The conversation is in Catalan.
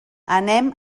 anem